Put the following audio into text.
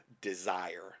desire